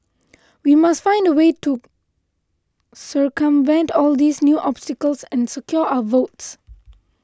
we must find a way to circumvent all these new obstacles and secure our votes